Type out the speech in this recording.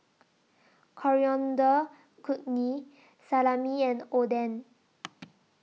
Coriander Chutney Salami and Oden